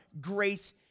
grace